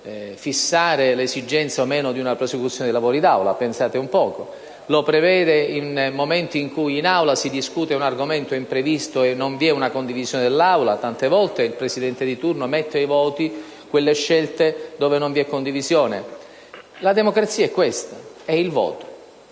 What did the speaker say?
per fissare l'esigenza o no di una prosecuzione dei lavori dell'Assemblea (pensate un po'), lo prevede nei momenti in cui in Aula si discute un argomento imprevisto e non vi è una condivisione dell'Assemblea. Tante volte il Presidente di turno mette ai voti quelle scelte sulle quali non vi è condivisione. La democrazia è questo: è il voto.